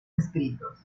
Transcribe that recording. escritos